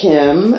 Kim